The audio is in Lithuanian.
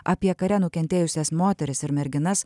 apie kare nukentėjusias moteris ir merginas